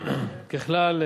ככלל,